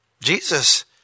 Jesus